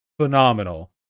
phenomenal